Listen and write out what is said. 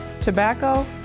tobacco